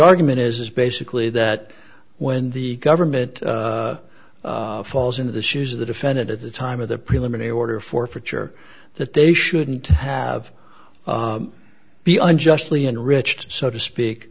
argument is is basically that when the government falls in the shoes of the defendant at the time of the preliminary order forfeiture that they shouldn't have be unjustly enriched so to speak